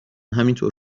همینطور